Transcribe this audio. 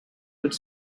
would